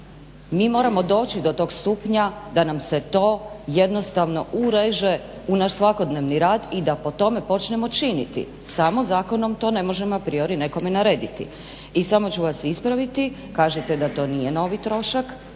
Mi moramo doći do tog stupnja da nam se to jednostavno ureže u naš svakodnevni rad i da po tome počnemo činiti, samo zakonom to ne možemo apriori nekome narediti. I samo ću vas ispraviti, kažete da to nije novi trošak,